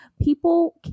People